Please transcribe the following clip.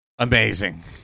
amazing